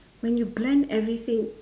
when you blend everything